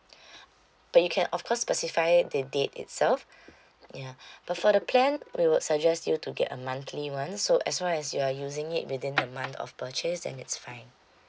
but you can of course specify the date itself yeah but for the plan we would suggest you to get a monthly one so as well as you are using it within the month of purchase then it's fine